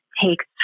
takes